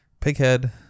Pighead